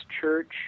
Church